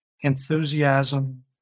enthusiasm